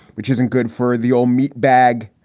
which isn't good for the old meat bag.